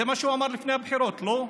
זה מה שהוא אמר לפני הבחירות, לא?